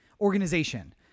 organization